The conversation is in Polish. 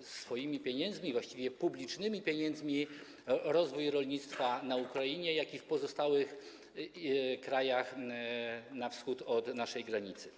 swoimi pieniędzmi, właściwie publicznymi pieniędzmi, rozwój rolnictwa na Ukrainie i w pozostałych krajach na wschód od naszej granicy.